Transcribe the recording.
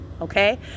Okay